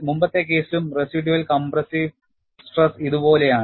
മുമ്പത്തെ കേസിലും residual compressive stress ഇതുപോലെയാണ്